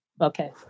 Okay